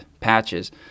patches